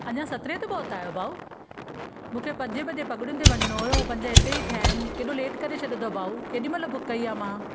अञां सत्रहें ते पहुता आहियो भाउ मूंखे पंजे बजे पगड़ियुनि ते वञणो हुओ ऐं पंज हिते ई थिया आहिनि केॾो लेट करे छॾियो अथव भाउ केॾीमहिल बुक कई आहे मां